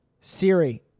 Siri